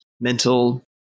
mental